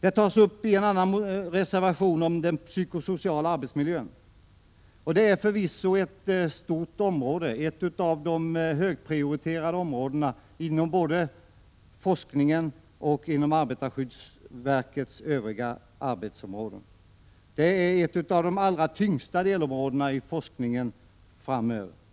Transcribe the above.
Den psykosociala arbetsmiljön tas upp i en reservation. Det är förvisso ett stort område, ett av de högprioriterade områdena både inom forskningen och inom arbetarskyddsverkets övriga arbete. Det är ett av de tyngsta delområdena i forskningen framöver.